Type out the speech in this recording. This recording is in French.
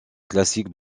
classique